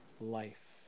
life